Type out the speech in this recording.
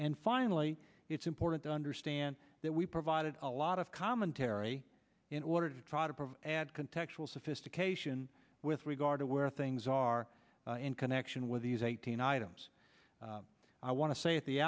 and finally it's important to understand that we provided a lot of commentary in order to try to provide add contextual sophistication with regard to where things are in connection with these eighteen items i want to say at the